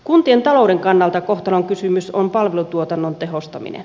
kuntien talouden kannalta kohtalonkysymys on palvelutuotannon tehostaminen